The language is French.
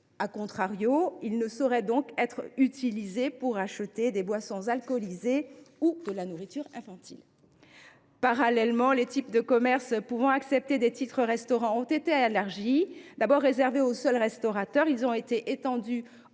ces titres ne sauraient être utilisés pour acheter des boissons alcoolisées ou de la nourriture infantile. En parallèle, les types de commerces pouvant accepter des titres restaurant ont été élargis. Tout d’abord réservé aux seuls restaurateurs, leur usage a été étendu